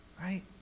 Right